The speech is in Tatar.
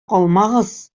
калмагыз